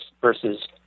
versus